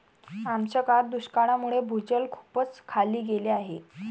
आमच्या गावात दुष्काळामुळे भूजल खूपच खाली गेले आहे